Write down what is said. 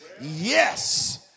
yes